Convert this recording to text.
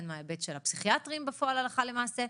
הן מההיבט של הפסיכיאטרים בפועל הלכה למעשה.